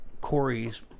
Corey's